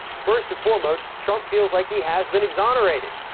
first and foremost, trump feels like he has been exonerated.